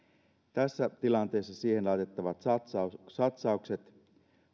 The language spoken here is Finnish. tässä tilanteessa siihen laitettavat satsaukset satsaukset